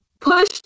push